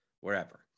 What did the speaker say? wherever